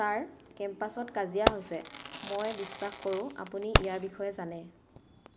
sir কেম্পাছত কাজিয়া হৈছে মই বিশ্বাস কৰোঁ আপুনি ইয়াৰ বিষয়ে জানে